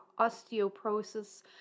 osteoporosis